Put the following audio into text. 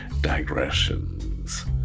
digressions